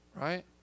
right